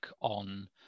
on